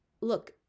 Look